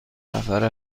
نفره